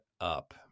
up